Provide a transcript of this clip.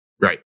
right